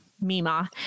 Mima